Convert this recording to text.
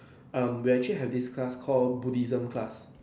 um we actually have this class call Buddhism class